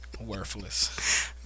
Worthless